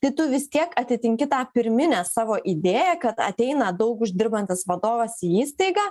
tai tu vis tiek atitinki tą pirminę savo idėją kad ateina daug uždirbantis vadovas į įstaigą